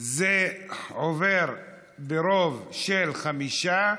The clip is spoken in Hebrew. זה עובר ברוב של חמישה,